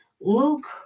Luke